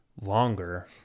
longer